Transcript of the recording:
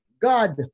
God